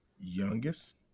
Youngest